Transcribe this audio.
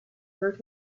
hurt